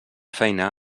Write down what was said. feina